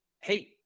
hey